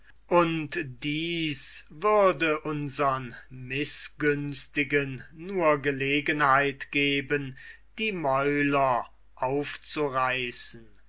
und dies würde unsern mißgünstigen nur gelegenheit geben die mäuler aufzureißen